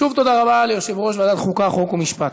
שוב, תודה רבה ליושב-ראש ועדת החוקה, חוק ומשפט.